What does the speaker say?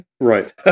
right